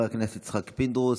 לחבר הכנסת פינדרוס.